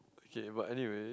K but anywhere